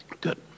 Good